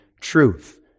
truth